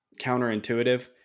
counterintuitive